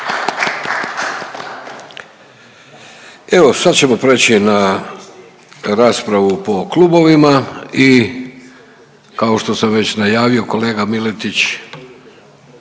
Evo sad ćemo preći na raspravu po klubovima i kao što sam već najavio kolega Miletić,